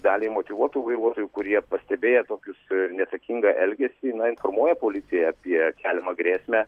daliai motyvuotų vairuotojų kurie pastebėję tokius neatsakingą elgesį na informuoja policiją apie keliamą grėsmę